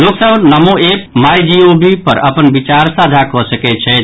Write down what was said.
लोक सभ सँ NaMo app my G O V पर अपन विचार साझा कप सकैत छथि